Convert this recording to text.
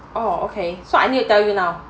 oh okay so I need to tell you now